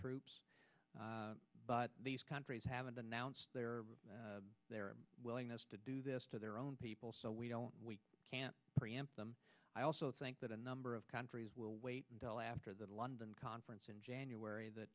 troops but these countries haven't announced their their willingness to do this to their own people so we don't we can't preempt them i also think that a number of countries will wait until after the london conference in january th